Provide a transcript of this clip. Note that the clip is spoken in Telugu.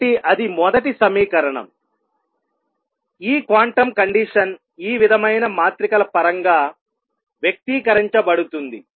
కాబట్టిఅది మొదటి సమీకరణంఈ క్వాంటం కండిషన్ ఈ విధమైన మాత్రికల పరంగా వ్యక్తీకరించబడుతుంది